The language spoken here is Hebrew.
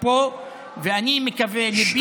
עכשיו תראו, אני ראיתי נאומים כאלה בעבר.